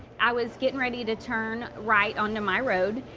i was getting ready to turn right onto my road,